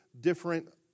different